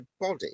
body